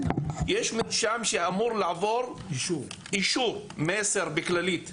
יש מרשם שאמור לעבור אישור, מסר בכללית כדוגמה.